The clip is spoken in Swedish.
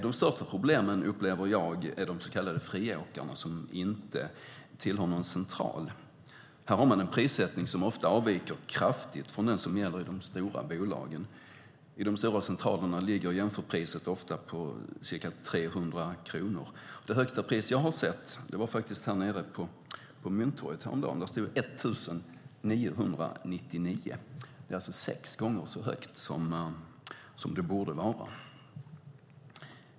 De största problemen är de så kallade friåkarna som inte tillhör någon central. De har en prissättning som ofta kraftigt avviker från den som gäller i de stora bolagen. I de stora centralerna ligger jämförpriset ofta på ca 300 kronor. Det högsta pris jag har sett var vid Mynttorget häromdagen. Det stod 1 999 kronor. Det är alltså sex gånger så högt som det borde vara.